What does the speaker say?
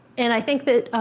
and i think that